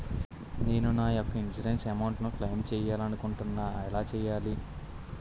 నేను నా యెక్క ఇన్సురెన్స్ అమౌంట్ ను క్లైమ్ చేయాలనుకుంటున్నా ఎలా చేయాలి?